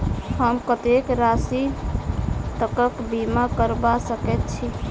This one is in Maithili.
हम कत्तेक राशि तकक बीमा करबा सकैत छी?